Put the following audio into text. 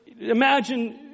imagine